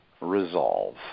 resolve